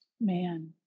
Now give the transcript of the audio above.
Man